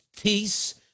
peace